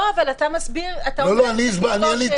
לא, אבל אתה מסביר, אתה אומר שזאת כאילו לא השאלה.